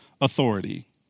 authority